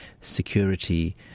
security